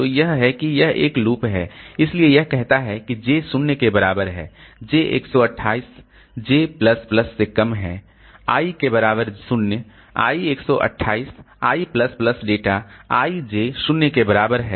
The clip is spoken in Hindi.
तो यह है कि यह एक लूप है इसलिए यह कहता है कि j 0 के बराबर है j 128 j प्लस प्लस से कम है i के बराबर 0 i 128 i plus plus data i j 0 के बराबर है